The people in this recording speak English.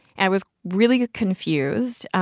i was really ah confused.